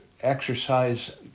exercise